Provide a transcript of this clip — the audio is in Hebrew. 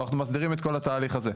ואנחנו מסדירים את כל התהליך הזה.